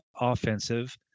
offensive